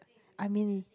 I mean